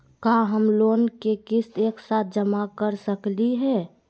का हम लोन के किस्त एक साथ जमा कर सकली हे?